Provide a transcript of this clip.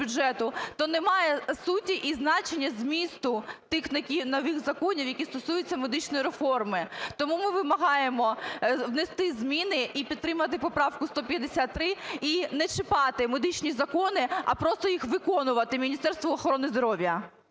то немає суті і значення змісту тих нових законів, які стосуються медичної реформи. Тому ми вимагаємо внести зміни і підтримати поправку 153 і не чіпати медичні закони, а просто їх виконувати Міністерству охорони здоров'я.